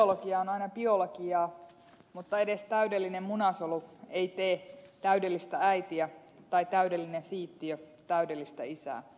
biologia on aina biologiaa mutta edes täydellinen munasolu ei tee täydellistä äitiä tai täydellinen siittiö täydellistä isää